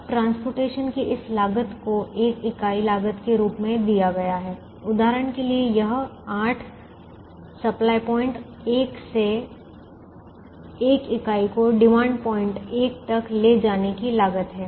अब परिवहन की इस लागत को एक इकाई लागत के रूप में दिया गया है उदाहरण के लिए यह 8 सप्लाय पॉइंट एक से एक इकाई को डिमांड पॉइंट एक तक ले जाने की लागत है